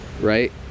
Right